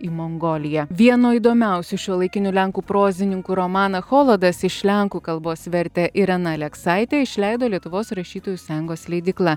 į mongoliją vieno įdomiausių šiuolaikinių lenkų prozininkų romaną cholodas iš lenkų kalbos vertė irena aleksaitė išleido lietuvos rašytojų sąjungos leidykla